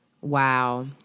Wow